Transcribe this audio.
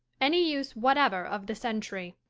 any use whatever of the centry.